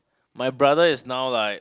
my brother is now like